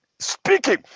speaking